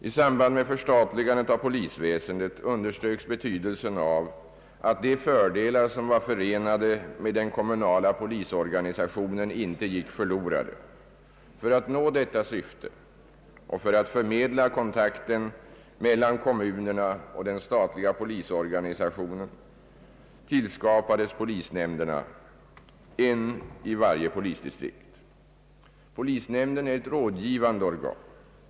I samband med förstatligandet av polisväsendet underströks betydelsen av att de fördelar som var förenade med den kommunala polisorganisationen inte gick förlorade. För att nå detta syfte och för att förmedla kontakten mellan kommunerna och den statliga polisorganisation tillskapades polisnämnderna, en i varje polisdistrikt. Polisnämnden är ett rådgivande organ.